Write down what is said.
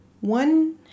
One